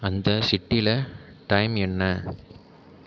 அந்த சிட்டியில டைம் என்ன